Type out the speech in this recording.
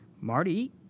marty